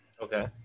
Okay